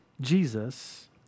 Jesus